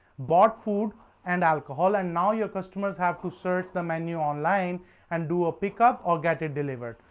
but food and alcohol, and now your customers have to search the menu online and do a pickup or get it delivered.